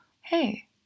hey